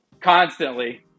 constantly